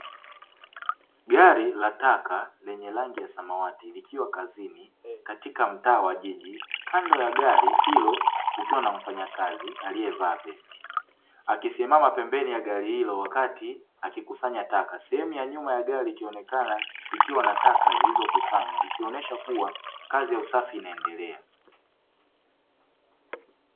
Gari la taka lenye rangi ya samawati likiwa kazini katika mtaa wa jiji. Kando ya gari hilo kukiwa na mfanyakazi aliyevaa vesti akisimama pembeni ya gari hilo wakati akikusanya taka. Sehemu ya nyuma ya gari ikionekana ikiwa na taka zilizokusanywa ikionyesha kuwa kazi ya usafi inaendelea.